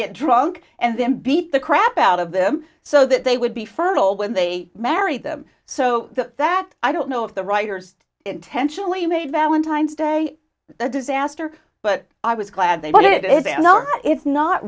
get drunk and then beat the crap out of them so that they would be fertile when they marry them so that i don't know if the writers intentionally made valentine's day a disaster but i was glad they did it